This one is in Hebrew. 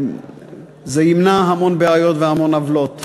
זה ימנע המון בעיות והמון עוולות.